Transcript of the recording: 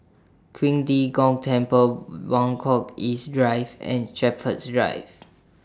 Qing De Gong Temple Buangkok East Drive and Shepherds Drive